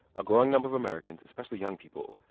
a growing number of americans, especially young people,